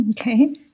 Okay